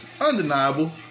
undeniable